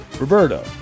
Roberto